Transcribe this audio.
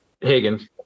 Higgins